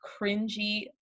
cringy